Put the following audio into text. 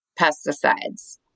pesticides